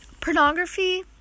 Pornography